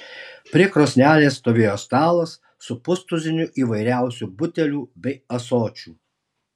prie krosnelės stovėjo stalas su pustuziniu įvairiausių butelių bei ąsočių